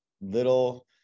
little